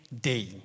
day